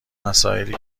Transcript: مسائلی